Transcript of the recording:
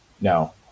no